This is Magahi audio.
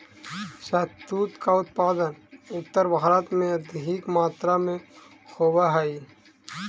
शहतूत का उत्पादन उत्तर भारत में अधिक मात्रा में होवअ हई